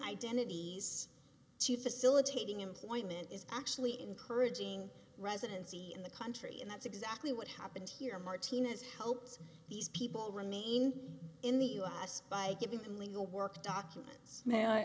identities to facilitating employment is actually encouraging residency in the country and that's exactly what happened here martinez hopes these people remain in the u s by giving them legal work documents